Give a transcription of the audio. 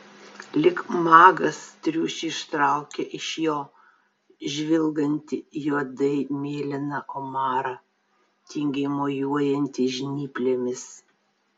lyg magas triušį ištraukia iš jo žvilgantį juodai mėlyną omarą tingiai mojuojantį žnyplėmis